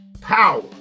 power